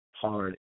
hard